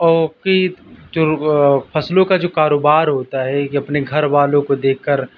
اوکیت جو فصلوں کا جو کاروبار ہوتا ہے کہ اپنے گھر والوں کو دیکھ کر